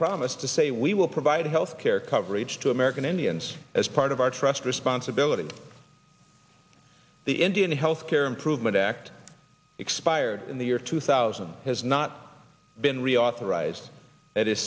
promise to say we will provide health care coverage to american indians as part of our trust responsibility the indian health care improvement act expired in the year two thousand has not been reauthorized that is